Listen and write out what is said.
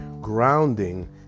grounding